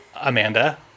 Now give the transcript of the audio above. Amanda